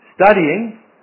studying